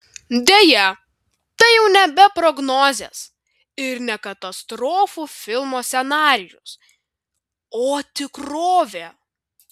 deja tai jau nebe prognozės ir ne katastrofų filmo scenarijus o tikrovė